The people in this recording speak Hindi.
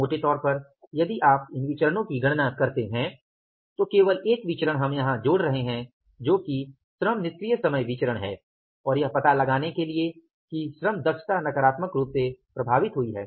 मोटे तौर पर यदि आप इन विचरणो की गणना करते हैं तो केवल एक विचरण हम यहां जोड़ रहे हैं जो कि श्रम निष्क्रिय समय विचरण है और यह पता लगाने के लिए कि श्रम की दक्षता नकारात्मक रूप से प्रभावित हुई है